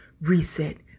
reset